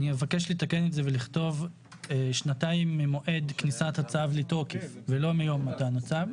אבקש לתקן את זה ולכתוב שנתיים ממועד כניסת הצו לתוקף ולא מיום מתן הצו.